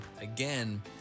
again